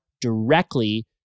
directly